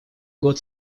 год